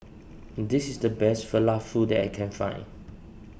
this is the best Falafel that I can find